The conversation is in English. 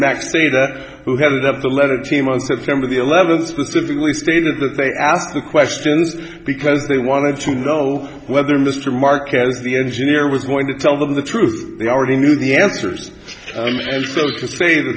that who headed up the letter team on september the eleventh specifically stated that they asked the questions because they wanted to know whether mr marquez the engineer was going to tell them the truth they already knew the answers so to say th